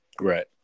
Right